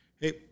Hey